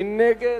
מי נגד?